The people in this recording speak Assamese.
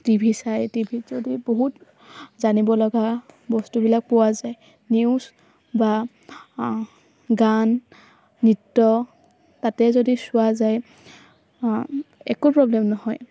টিভি চাই টিভিত যদি বহুত জানিব লগা বস্তুবিলাক পোৱা যায় নিউজ বা গান নৃত্য তাতে যদি চোৱা যায় একো প্ৰব্লেম নহয়